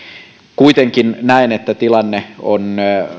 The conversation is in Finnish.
kuitenkin näen että tilanne on